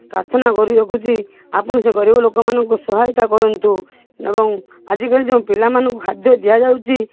ପ୍ରାର୍ଥନା କରି ରଖୁଛି ଆପଣ ସେ ଗରିବ ଲୋକମାନଙ୍କୁ ସହାୟତା କରନ୍ତୁ ଏବଂ ଆଜିକାଲି ଯେଉଁ ପିଲାମାନଙ୍କୁ ଖାଦ୍ୟ ଦିଆଯାଉଛି